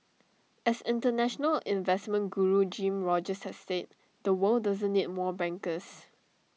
as International investment Guru Jim Rogers has said the world doesn't need more bankers